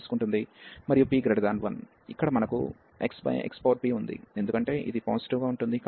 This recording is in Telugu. ఇక్కడ మనకు x |xp ఉంది ఎందుకంటే ఇది పాజిటివ్ గా ఉంటుంది